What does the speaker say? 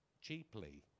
cheaply